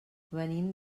venim